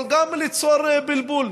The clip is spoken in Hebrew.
אבל גם ליצור בלבול.